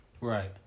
Right